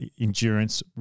endurance